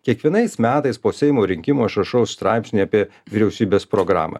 kiekvienais metais po seimo rinkimų aš rašau straipsnį apie vyriausybės programą